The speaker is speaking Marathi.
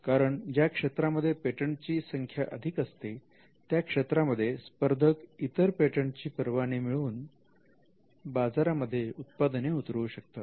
कारण ज्या क्षेत्रांमध्ये पेटंटची संख्या अधिक असते या क्षेत्रामध्ये स्पर्धक इतर पेटंटची परवाने मिळवून बाजारामध्ये उत्पादने उतरवू शकतात